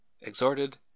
exhorted